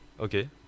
Okay